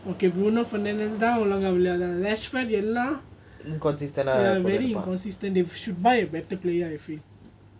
okay bruno fernandes தான்:than ya very inconsistent they should buy a better player I feel